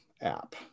app